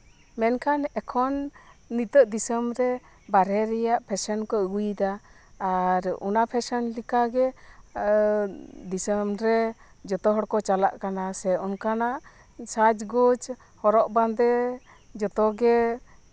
ᱢᱮᱱᱠᱷᱟᱱ ᱮᱠᱷᱚ ᱱᱤᱛᱳᱜ ᱫᱤᱥᱚᱢ ᱨᱮ ᱵᱟᱨᱦᱮ ᱨᱮᱭᱟᱜ ᱯᱷᱮᱥᱚᱱ ᱠᱚ ᱟᱹᱜᱩᱭᱮᱫᱟ ᱟᱨ ᱚᱱᱟ ᱯᱷᱮᱥᱚᱱ ᱞᱮᱠᱟᱜᱮ ᱫᱤᱥᱚᱢ ᱨᱮ ᱡᱚᱛᱚ ᱠᱚ ᱪᱟᱞᱟᱜ ᱠᱟᱱᱟ ᱥᱮ ᱚᱱᱠᱟᱱᱟᱜ ᱥᱟᱡᱽ ᱜᱳᱡᱽ ᱦᱚᱨᱚᱜ ᱵᱟᱸᱫᱮ ᱡᱷᱚᱛᱚ ᱜᱮ